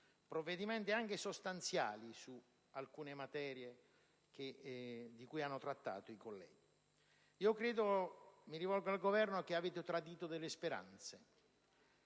provvedimenti, anche sostanziali su alcune materie di cui hanno parlato i colleghi. Credo che - mi rivolgo al Governo - abbiate tradito delle speranze,